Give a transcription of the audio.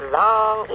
long